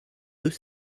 deux